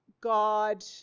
God